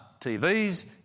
TVs